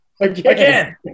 Again